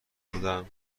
بودم